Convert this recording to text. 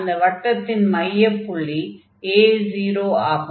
இந்த வட்டத்தின் மையப் புள்ளி a0 ஆகும்